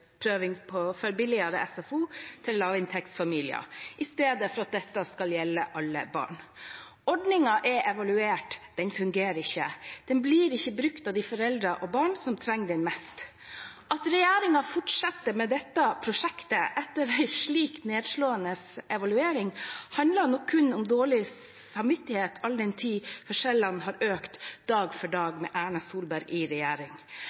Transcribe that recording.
billigere SFO for lavinntektsfamilier i stedet for at dette skal gjelde alle barn. Ordningen er evaluert. Den fungerer ikke. Den blir ikke brukt av de foreldrene og barna som trenger det mest. At regjeringen fortsetter med dette prosjektet etter en slik nedslående evaluering, handler nok kun om dårlig samvittighet, all den tid forskjellene har økt dag for dag med Erna Solberg i regjering.